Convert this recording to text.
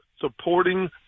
supporting